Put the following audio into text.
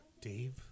Dave